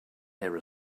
their